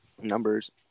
numbers